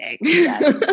Yes